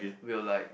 will like